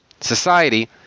Society